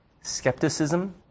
skepticism